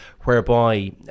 whereby